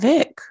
Vic